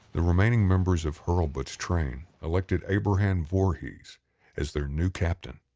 the remaining members of hurlbut's train elected abraham voorhees as their new captain.